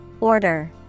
Order